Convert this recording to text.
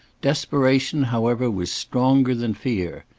desperation, however, was stronger than fear.